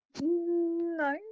No